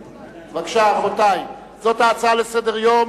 בבקשה, רבותי, זאת ההצעה לסדר-יום.